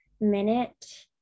minute